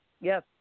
Yes